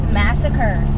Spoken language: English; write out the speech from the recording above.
massacre